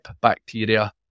bacteria